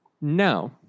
no